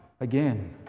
Again